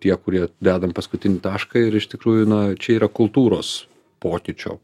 tie kurie dedam paskutinį tašką ir iš tikrųjų na čia yra kultūros pokyčio